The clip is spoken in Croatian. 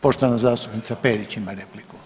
Poštovana zastupnica Perić ima repliku.